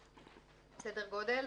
סדר גודל.